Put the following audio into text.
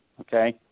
okay